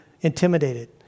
intimidated